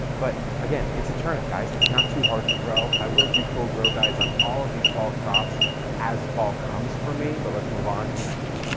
but again, it's a turnip guys, it's not too hard to grow. i will do full grow guides on all of these fall crops as fall comes for me, but let's move on to the next one.